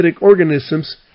organisms